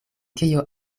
kio